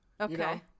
Okay